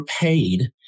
paid